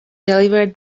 deliver